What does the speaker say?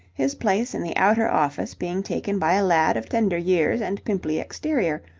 his place in the outer office being taken by a lad of tender years and pimply exterior,